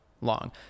long